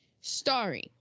starring